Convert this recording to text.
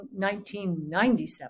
1997